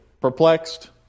perplexed